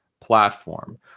platform